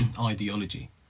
ideology